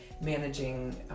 managing